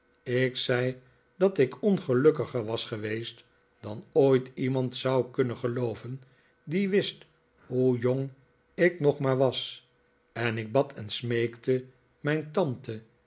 ik zei dat ik ongelukkiger was geweest dan ooit iemand zou kunnen gelooven die wist hoe jong ik nog maar was en ik bad en smeekte mijn tante